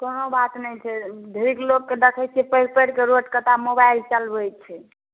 कोनो बात नहि छै ढेरिक लोककेँ देखैत छियै पढ़ि पढ़ि कऽ रोड कत्ता मोबाइल चलबैत छै